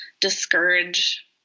discourage